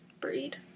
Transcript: breed